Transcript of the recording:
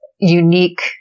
unique